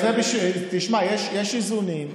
תשמע, יש איזונים.